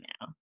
now